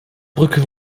brücke